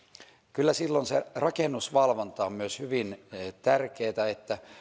kyllä silloin myös se rakennusvalvonta on hyvin tärkeää se että